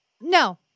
no